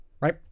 Right